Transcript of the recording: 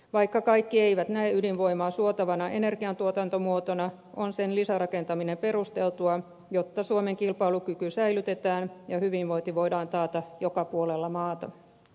vaikka kaikki eivät näe ydinvoimaa suotavana energiantuotantomuotona on sen lisärakentaminen perusteltua jotta suomen kilpailukyky säilytetään ja hyvinvointi voidaan taata joka puolella maata